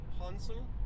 Hansel